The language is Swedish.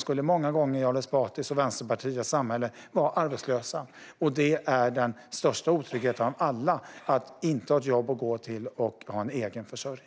skulle vara arbetslösa i Ali Esbatis och Vänsterpartiets samhälle. Det är den största otryggheten av alla att inte ha ett jobb att gå till och att inte ha en egen försörjning.